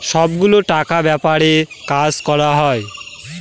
সব গুলো টাকার ব্যাপারে কাজ করা হয়